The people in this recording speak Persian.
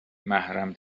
محرم